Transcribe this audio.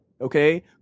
Okay